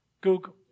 Google